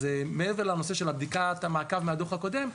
מעבר לנושא של בדיקת המעקב מהדוח הקודם,